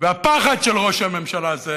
והפחד של ראש הממשלה הזה